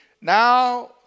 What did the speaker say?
Now